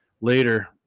later